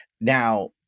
Now